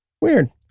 Weird